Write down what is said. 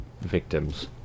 victims